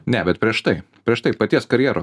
ne bet prieš tai prieš tai paties karjera